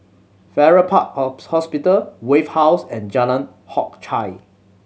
Farrer Park Hospital Wave House and Jalan Hock Chye